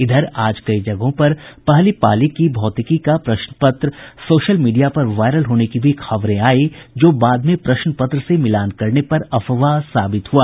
इधर आज कई जगहों पर पहली पाली की भौतिकी का प्रश्न पत्र सोशल मीडिया पर वायरल होने की भी खबरें आयी जो बाद में प्रश्न पत्र से मिलान करने पर अफवाह साबित हुआ